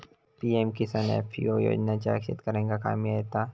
PM Kisan FPO योजनाच्यात शेतकऱ्यांका काय मिळता?